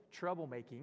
troublemaking